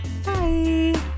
Bye